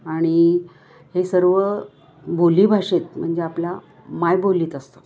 आणि हे सर्व बोलीभाषेत म्हणजे आपल्या मायबोलीत असतं